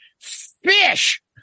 Fish